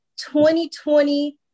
2020